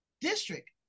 district